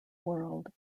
world